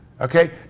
okay